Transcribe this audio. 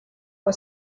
was